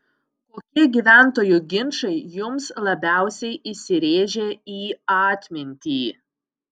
kokie gyventojų ginčai jums labiausiai įsirėžė į atmintį